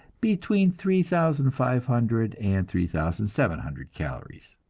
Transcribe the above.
between three thousand five hundred and three thousand seven hundred calories